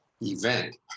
event